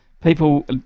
People